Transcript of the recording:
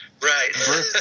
Right